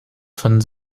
von